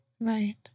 Right